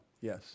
Yes